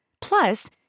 Plus